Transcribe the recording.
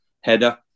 header